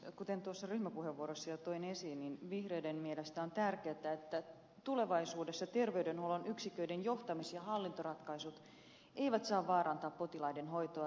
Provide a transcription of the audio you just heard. kuten ryhmäpuheenvuorossa jo toin esiin vihreiden mielestä on tärkeätä että tulevaisuudessa terveydenhuollon yksiköiden johtamis ja hallintoratkaisut eivät saa vaarantaa potilaiden hoitoa